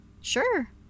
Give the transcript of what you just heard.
Sure